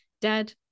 Dad